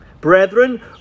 Brethren